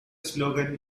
slogan